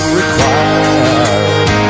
require